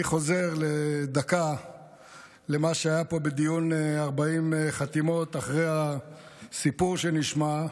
אני חוזר לדקה למה שהיה פה בדיון 40 חתימות אחרי הסיפור שנשמע.